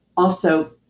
also,